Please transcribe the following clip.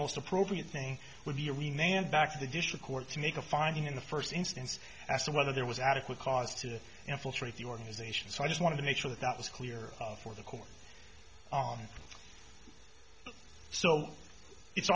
most appropriate thing would be renamed back to the district court to make a finding in the first instance as to whether there was adequate cause to infiltrate the organization so i just want to make sure that that was clear for the court so it's